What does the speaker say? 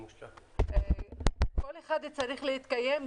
כל אחד צריך להתקיים,